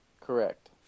correct